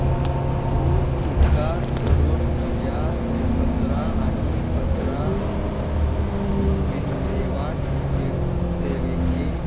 तूं उपकार करून म्हज्या क कचरा आनी कचरां विलेवाट सेव सेवेचे